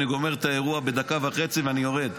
אני גומר את האירוע בדקה וחצי ואני יורד.